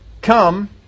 Come